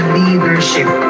leadership